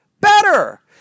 better